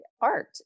art